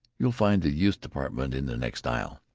you'll find the youths' department in the next aisle.